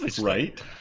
right